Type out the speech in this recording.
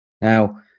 Now